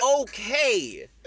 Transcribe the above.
okay